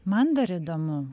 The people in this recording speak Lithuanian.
man dar įdomu